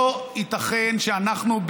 לא ייתכן שאנחנו,